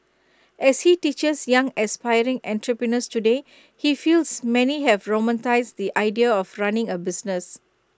as he teaches young aspiring entrepreneurs today he feels many have romanticised the idea of running A business